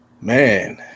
man